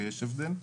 ויש הבדל.